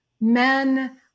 men